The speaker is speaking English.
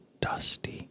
dusty